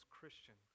Christian